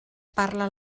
parla